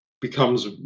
becomes